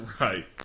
right